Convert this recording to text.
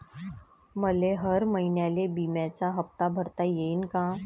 मले हर महिन्याले बिम्याचा हप्ता भरता येईन का?